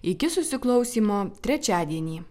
iki susiklausymo trečiadienį